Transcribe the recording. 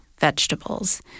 vegetables